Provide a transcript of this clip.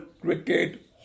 cricket